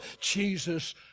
Jesus